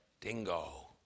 dingo